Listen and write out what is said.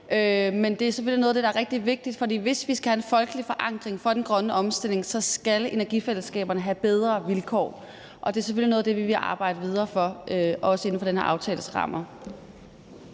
Det er selvfølgelig noget af det, der er rigtig vigtigt, for hvis vi skal have en folkelig forankring for den grønne omstilling, skal energifællesskaberne have bedre vilkår, og det er selvfølgelig noget af det, vi vil arbejde videre for, også inden for den her aftales rammer.